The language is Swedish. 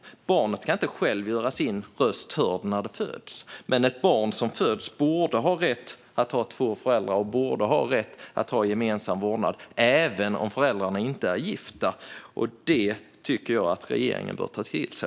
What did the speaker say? Barnet kan inte själv göra sin röst hörd när det föds. Men ett barn som föds borde ha rätt att ha två föräldrar som borde ha rätt att få gemensam vårdnad, även om föräldrarna inte är gifta. Det tycker jag att regeringen bör ta till sig.